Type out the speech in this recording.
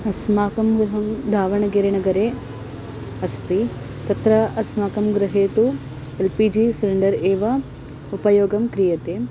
अस्माकं गृहं दावणगेरेनगरे अस्ति तत्र अस्माकं गृहे तु एल् पि जि सिलिण्डर् एव उपयोगं क्रियते